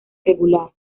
regular